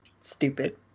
stupid